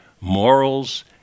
morals